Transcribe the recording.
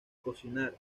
cocinar